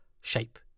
shape